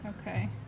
okay